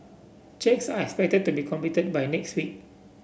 checks are expected to be completed by next week